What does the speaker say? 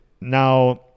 Now